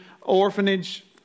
Orphanage